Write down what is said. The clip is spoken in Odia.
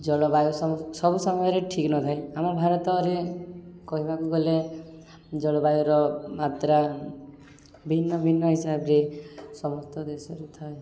ଜଳବାୟୁ ସବୁ ସମୟରେ ଠିକ୍ ନଥାଏ ଆମ ଭାରତରେ କହିବାକୁ ଗଲେ ଜଳବାୟୁୁର ମାତ୍ରା ଭିନ୍ନ ଭିନ୍ନ ହିସାବରେ ସମସ୍ତ ଦେଶରେ ଥାଏ